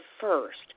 first